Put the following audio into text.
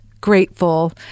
grateful